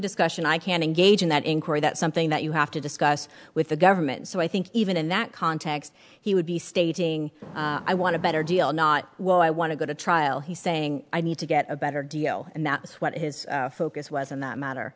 discussion i can't engage in that inquiry that something that you have to discuss with the government so i think even in that context he would be stating i want a better deal not what i want to go to trial he's saying i need to get a better deal and that is what his focus was on that matter